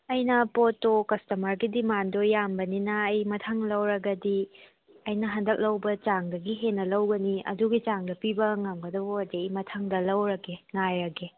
ꯑꯩꯟ ꯄꯣꯠꯇꯣ ꯀꯁꯇꯃꯔꯒꯤ ꯗꯤꯃꯥꯟꯗꯗꯣ ꯌꯥꯝꯕꯅꯤꯅ ꯑꯩ ꯃꯊꯪ ꯂꯧꯔꯒꯗꯤ ꯑꯩꯅ ꯍꯟꯗꯛ ꯂꯧꯕ ꯆꯥꯡꯗꯒꯤ ꯍꯦꯟꯅ ꯂꯧꯒꯅꯤ ꯑꯗꯨꯒꯤ ꯆꯥꯡꯗ ꯄꯤꯕ ꯉꯝꯒꯗꯕ ꯑꯣꯏꯔꯗꯤ ꯑꯩ ꯃꯊꯪꯗ ꯂꯧꯔꯒꯦ ꯉꯥꯏꯔꯒꯦ